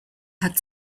had